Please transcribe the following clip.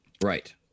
Right